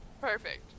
Perfect